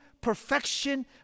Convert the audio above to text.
perfection